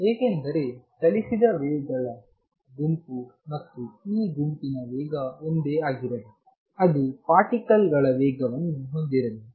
ಏಕೆಂದರೆ ಚಲಿಸಿದ ವೇವ್ ಗಳ ಗುಂಪು ಮತ್ತು ಈ ಗುಂಪಿನ ವೇಗ ಒಂದೇ ಆಗಿರಬೇಕು ಅದು ಪಾರ್ಟಿಕಲ್ ಗಳ ವೇಗವನ್ನು ಹೊಂದಿರಬೇಕು